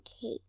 cake